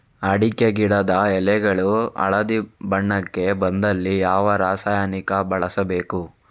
ಅಡಿಕೆ ಗಿಡದ ಎಳೆಗಳು ಹಳದಿ ಬಣ್ಣಕ್ಕೆ ಬಂದಲ್ಲಿ ಯಾವ ರಾಸಾಯನಿಕ ಬಳಸಬೇಕು?